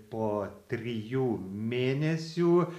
po trijų mėnesių